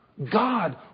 God